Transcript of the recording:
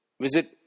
Visit